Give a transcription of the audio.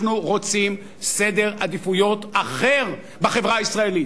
אנחנו רוצים סדר עדיפויות אחר בחברה הישראלית.